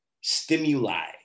stimuli